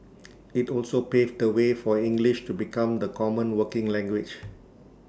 IT also paved the way for English to become the common working language